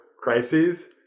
crises